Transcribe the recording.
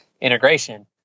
integration